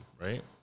right